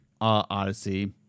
Odyssey